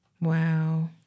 Wow